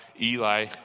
Eli